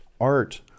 Art